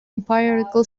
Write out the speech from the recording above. empirical